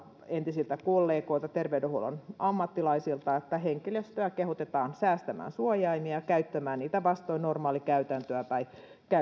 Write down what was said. entisiltä kollegoilta terveydenhuollon ammattilaisilta että henkilöstöä kehotetaan säästämään suojaimia ja käyttämään niitä vastoin normaalikäytäntöä tai